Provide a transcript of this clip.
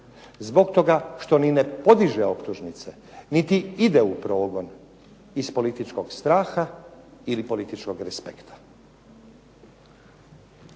zbog toga što ni ne podiže optužnice niti ide u progon iz političkog straha ili političkog respekta.